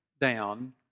down